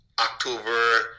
October